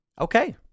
Okay